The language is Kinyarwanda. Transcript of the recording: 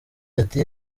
ati